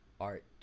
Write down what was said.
art